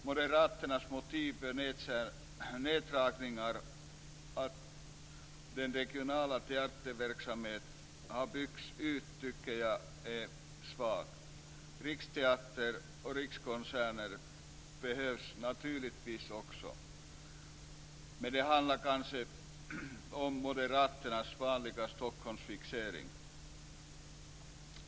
Moderaternas motiv för neddragningar, att den regionala teaterverksamheten har byggts ut, är svagt. Riksteatern och Rikskonserter behövs naturligtvis. Men det handlar kanske om moderaternas vanliga Stockholmsfixering.